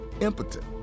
impotent